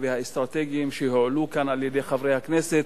והאסטרטגיים שהועלו כאן על-ידי חברי הכנסת